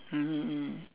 mmhmm mm